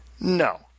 no